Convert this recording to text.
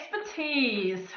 expertise